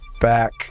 back